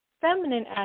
feminine